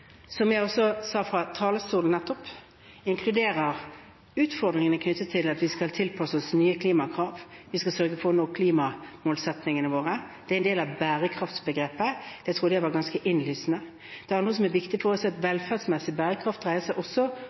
som jeg også sa fra talerstolen nettopp – inkluderer utfordringene knyttet til at vi skal tilpasse oss nye klimakrav, vi skal sørge for å nå klimamålene våre. Det er en del av bærekraftbegrepet. Jeg trodde det var ganske innlysende. Noe som er viktig for oss, er at velferdsmessig bærekraft også dreier seg